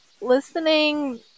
listening